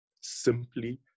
simply